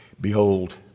Behold